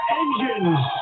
engines